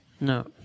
No